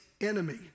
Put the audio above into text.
enemy